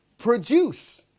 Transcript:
produce